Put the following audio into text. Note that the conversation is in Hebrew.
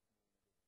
אפס נמנעים.